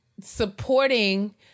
supporting